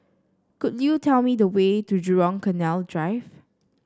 could you tell me the way to Jurong Canal Drive